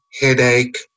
headache